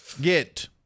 Get